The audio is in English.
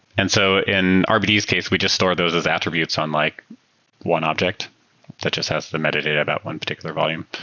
and so in ah rbds case, we just store those as attributes on like one object that just has the metadata about one particular volume.